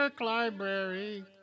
Library